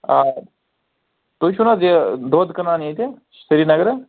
آ تُہۍ چھُو نہَ حظ یہِ دۄد کٕنان ییٚتہِ سِریٖنگرٕ